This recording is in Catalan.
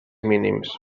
mínims